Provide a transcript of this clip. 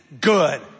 good